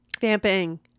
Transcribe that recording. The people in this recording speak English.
Vamping